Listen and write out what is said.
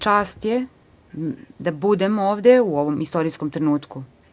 Čast je da budem ovde u ovom istorijskom trenutku.